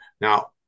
Now